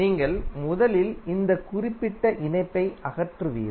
நீங்கள் முதலில் இந்த குறிப்பிட்ட இணைப்பை அகற்றுவீர்கள்